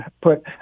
put